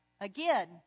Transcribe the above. again